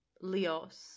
leos